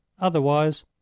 otherwise